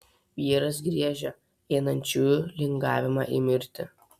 vyras griežia einančiųjų lingavimą į mirtį